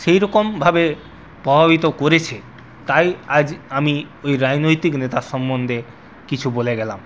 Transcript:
সেরকমভাবে প্রভাবিত করেছে তাই আজ আমি ওই রাজনৈতিক নেতার সম্বন্ধে কিছু বলে গেলাম